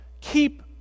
keep